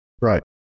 Right